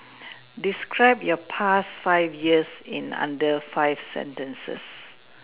describe your past five years in under five sentences